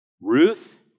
Ruth